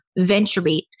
VentureBeat